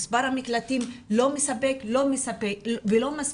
מספר המקלטים לא מספק ולא מספיק.